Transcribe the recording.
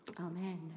Amen